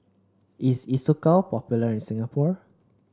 is Isocal popular in Singapore